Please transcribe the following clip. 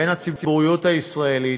בציבוריות הישראלית,